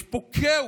יש פה כאוס,